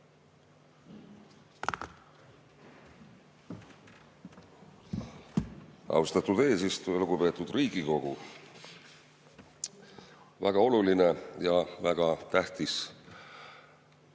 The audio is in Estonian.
Austatud eesistuja! Lugupeetud Riigikogu! Väga oluline ja väga tähtis